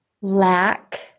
lack